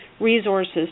resources